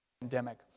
pandemic